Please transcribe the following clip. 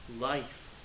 life